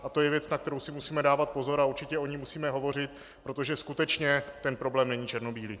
A to je věc, na kterou si musíme dávat pozor a určitě o ní musíme hovořit, protože skutečně ten problém není černobílý.